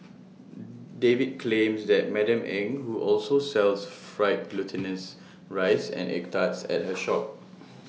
David claims that Madam Eng who also sells fried glutinous rice and egg tarts at her shop